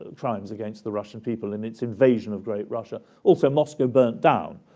ah crimes against the russian people in its invasion of great russia. also, moscow burnt down,